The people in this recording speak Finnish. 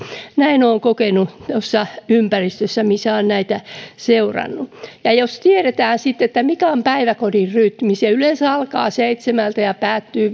näin olen kokenut tuossa ympäristössä missä olen lapsia seurannut jos tiedetään mikä on päiväkodin rytmi se yleensä alkaa seitsemältä ja päättyy